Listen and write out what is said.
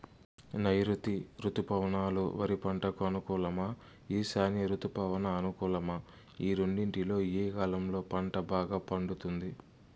నైరుతి రుతుపవనాలు వరి పంటకు అనుకూలమా ఈశాన్య రుతుపవన అనుకూలమా ఈ రెండింటిలో ఏ కాలంలో పంట బాగా పండుతుంది?